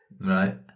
Right